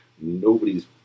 nobody's